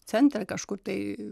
centre kažkur tai